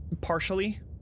partially